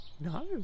no